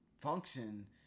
function